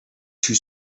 too